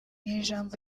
ijambo